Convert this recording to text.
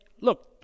look